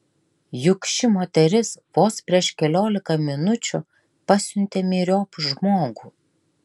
juk ši moteris vos prieš keliolika minučių pasiuntė myriop žmogų